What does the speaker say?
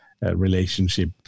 Relationship